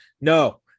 no